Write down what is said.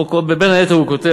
בין היתר הוא כותב,